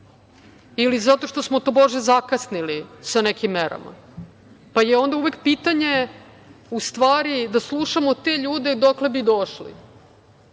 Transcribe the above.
ili zato što smo tobože zakasnili sa nekim merama, pa je onda uvek pitanje u stvari da slušamo te ljude dokle bi došli?